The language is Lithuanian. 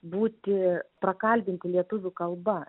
būti prakalbinti lietuvių kalba